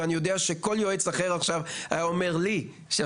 ואני יודע שכל יועץ עכשיו היה אומר לי לא